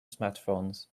smartphones